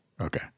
Okay